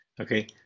Okay